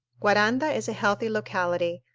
guaranda is a healthy locality,